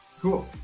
cool